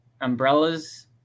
umbrellas